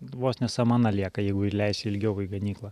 vos ne samana lieka jeigu įleisi ilgiau į ganyklą